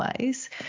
ways